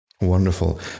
Wonderful